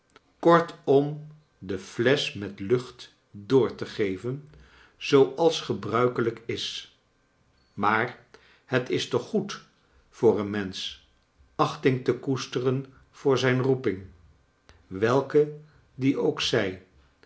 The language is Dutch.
kortom de flesch met lucht door te geven zooals gebruikelijk is maar het is toch goed voor een mensch achting te kcesteren voor zijn roeping welke die ook